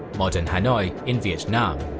modern hanoi in vietnam.